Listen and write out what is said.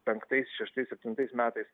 penktais šeštais septintais metais